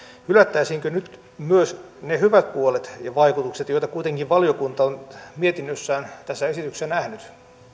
hylättäisiinkö nyt myös ne hyvät puolet ja vaikutukset joita kuitenkin valiokunta on mietinnössään tässä esityksessä nähnyt